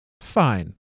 Fine